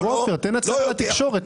עופר, תן הצהרה לתקשורת.